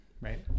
right